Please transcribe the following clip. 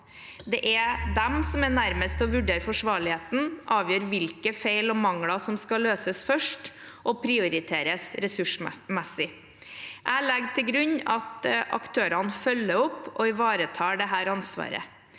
Det er disse som er nærmest til å vurdere forsvarligheten og avgjøre hvilke feil og mangler som skal løses først og prioriteres ressursmessig. Jeg legger til grunn at aktørene følger opp og ivaretar dette ansvaret.